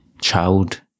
child